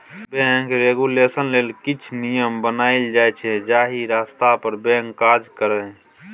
bank regulation लेल किछ नियम बनाएल जाइ छै जाहि रस्ता पर बैंक काज करय